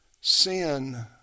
sin